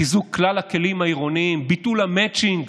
חיזוק כלל הכלים העירוניים: ביטול המצ'ינג,